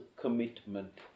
commitment